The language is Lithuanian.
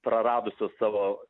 praradusios savo